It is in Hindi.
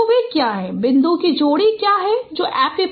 तो वे क्या हैं बिंदु की जोड़ी क्या है जो एपिपोल है